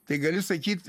tai gali sakyt